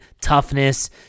toughness